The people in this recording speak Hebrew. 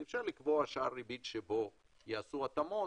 אז אפשר לקבוע שער ריבית שבו יעשו התאמות